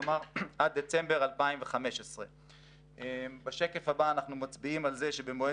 כלומר עד דצמבר 2015. בשקף הבא אנחנו מצביעים על זה שבמועד